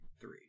three